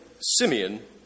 Simeon